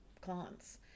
clients